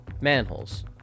manholes